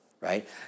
right